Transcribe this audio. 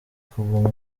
kuguma